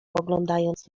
poglądając